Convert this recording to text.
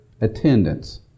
attendance